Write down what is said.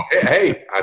hey